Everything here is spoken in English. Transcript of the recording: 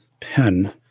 pen